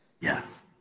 Yes